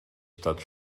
stadt